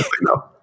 no